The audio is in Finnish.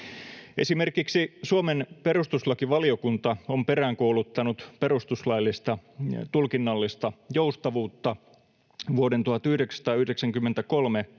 Esimerkiksi Suomen perustuslakivaliokunta on peräänkuuluttanut perustuslain tulkinnallista joustavuutta vuoden 1993